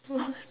!wow!